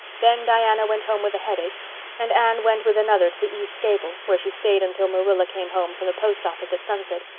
then diana went home with a headache and anne went with another to the east gable, where she stayed until marilla came home from the post office at sunset,